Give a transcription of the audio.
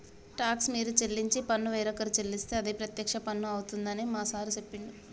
talks మీరు చెల్లించే పన్ను వేరొక చెల్లిస్తే అది ప్రత్యక్ష పన్ను అవుతుందని మా సారు చెప్పిండు